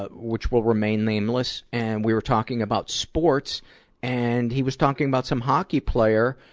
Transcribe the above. ah which will remain nameless, and we were talking about sports and he was talking about some hockey player.